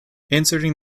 inserting